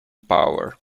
power